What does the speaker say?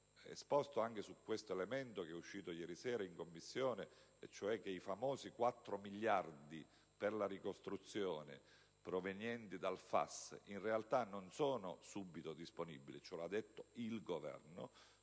esposto anche sull'elemento che è emerso ieri sera in Commissione, cioè che i famosi 4 miliardi per la ricostruzione provenienti dal FAS, in realtà, non sono subito disponibili. Lo ha detto il Governo: